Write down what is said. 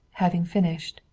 having finished,